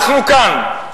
אנחנו כאן",